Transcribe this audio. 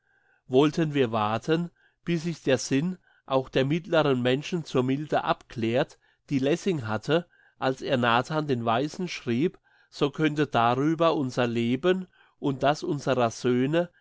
wollten wir warten bis sich der sinn auch der mittleren menschen zur milde abklärt die lessing hatte als er nathan den weisen schrieb so könnte darüber unser leben und das unserer söhne